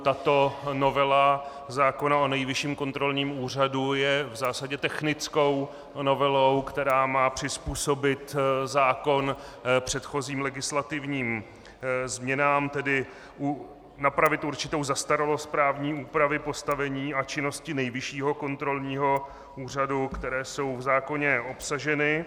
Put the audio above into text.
Tato novela zákona o Nejvyšším kontrolním úřadu je v zásadě technickou novelou, která má přizpůsobit zákon předchozím legislativním změnám, tedy napravit určitou zastaralost právní úpravy postavení a činnosti Nejvyššího kontrolního úřadu, které jsou v zákoně obsaženy.